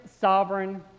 sovereign